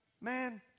man